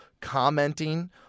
commenting